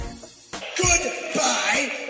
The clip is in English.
Goodbye